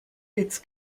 its